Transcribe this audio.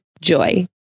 Joy